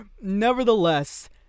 Nevertheless